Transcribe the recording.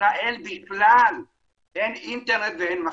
ישראל בכלל אין אינטרנט ואין מחשבים.